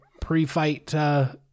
pre-fight